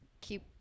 keep